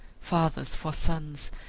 fathers for sons,